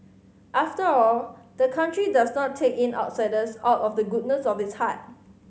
after all the country does not take in outsiders out of the goodness of its heart